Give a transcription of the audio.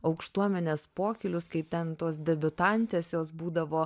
aukštuomenės pokylius kai ten tos debiutantės jos būdavo